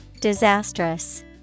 Disastrous